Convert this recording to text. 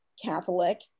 Catholic